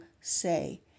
say